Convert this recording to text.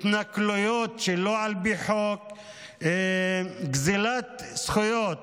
התנכלויות שלא על פי חוק, גזלת זכויות